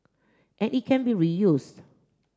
and it can be reused